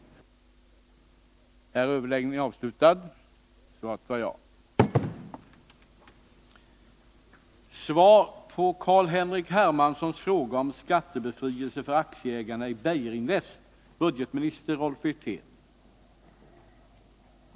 att effektivisera